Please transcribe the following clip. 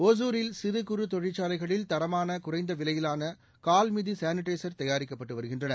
ஒசூரில் சிறு குறு தொழிற்சாலைகளில் தரமான குறைந்த விலையிலான கால்மிதி சானிடைச் தயாரிக்கப்பட்டு வருகின்றன